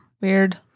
weird